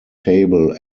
table